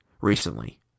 recently